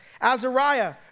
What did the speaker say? Azariah